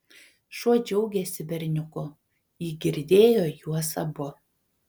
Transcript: šuo džiaugėsi berniuku ji girdėjo juos abu